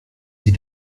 sie